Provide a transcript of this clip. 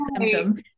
symptom